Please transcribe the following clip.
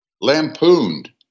lampooned